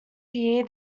year